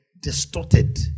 distorted